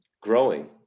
growing